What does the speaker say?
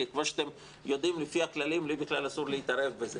כי כמו שאתם יודעים לפי הכללים לי בכלל אסור להתערב בזה.